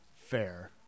fair